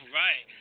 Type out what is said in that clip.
right